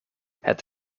het